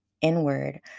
inward